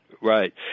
right